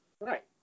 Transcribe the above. Right